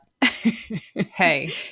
Hey